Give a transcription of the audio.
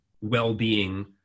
well-being